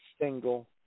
single